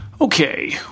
okay